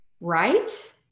Right